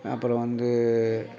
அப்புறம் வந்து